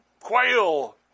Quail